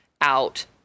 out